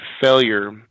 failure